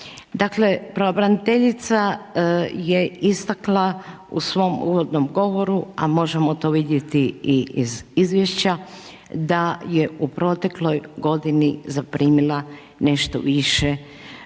Dakle, pravobraniteljica je istakla u svom uvodnom govoru, a možemo to vidjeti iz izvješća, da je u protekloj godini, zaprimila nešto više